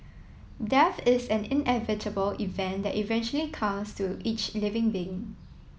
death is an inevitable event that eventually comes to each living being